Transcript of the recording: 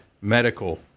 medical